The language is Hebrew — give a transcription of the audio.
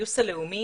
- פיוס הלאומי.